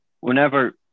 whenever